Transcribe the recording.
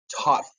tough